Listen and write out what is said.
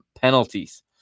penalties